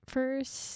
First